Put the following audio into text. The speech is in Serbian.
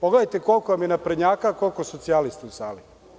Pogledajte koliko vam je naprednjaka a koliko socijalista u sali.